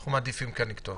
אנחנו מעדיפים כן לכתוב.